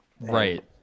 Right